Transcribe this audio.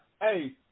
Hey